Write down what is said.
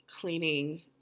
cleaning